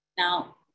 Now